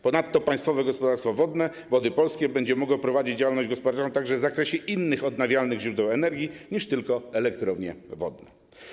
Ponadto Państwowe Gospodarstwo Wodne Wody Polskie będzie mogło prowadzić działalność gospodarczą także w zakresie odnawialnych źródeł energii innych niż tylko elektrownie wodne.